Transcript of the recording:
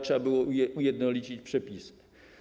Trzeba było ujednolicić przepisy.